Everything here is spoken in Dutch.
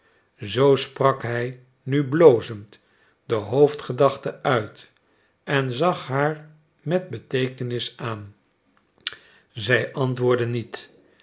zoo sprak hij nu blozend de hoofdgedachte uit en zag haar met beteekenis aan zij antwoordde niet